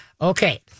Okay